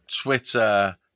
twitter